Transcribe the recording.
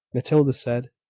matilda said.